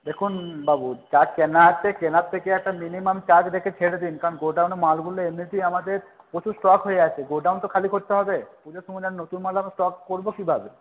দেখুন বাবু যা কেনা আছে কেনার থেকে একটা মিনিমাম চার্জ রেখে ছেড়ে দিন কারণ গোডাউনে মালগুলো এমনিতেই আমাদের প্রচুর স্টক হয়ে আছে গোডাউন তো খালি করতে হবে পুজোর সময় নতুন মাল আবার স্টক করব কীভাবে